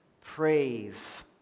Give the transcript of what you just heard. praise